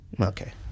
Okay